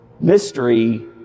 Mystery